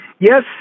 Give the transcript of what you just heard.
Yes